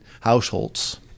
households